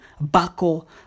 Buckle